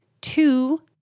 two